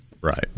Right